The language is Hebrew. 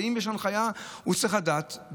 ואם יש הנחיה הוא צריך לדעת,